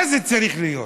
מה זה צריך להיות?